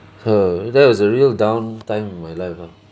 !huh! that was a real down time of my life ah